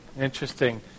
interesting